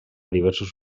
diversos